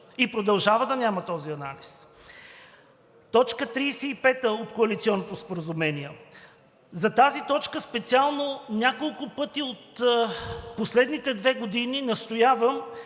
и продължава да няма този анализ. Точка 35 от коалиционното споразумение. За тази точка специално няколко пъти в последните две години настоявам